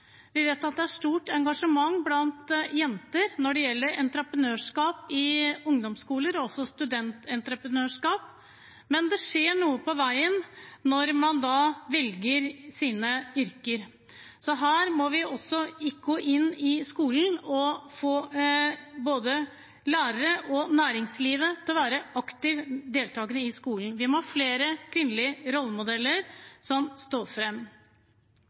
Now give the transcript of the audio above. stort engasjement blant jenter når det gjelder entreprenørskap i ungdomsskoler og studententreprenørskap, men det skjer noe på veien når man velger sine yrker. Her må vi gå inn i skolen og få både lærere og næringsliv til å være aktivt deltagende i skolen. Vi må få flere kvinnelige rollemodeller som står